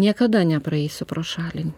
niekada nepraeisiu pro šalį